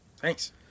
Thanks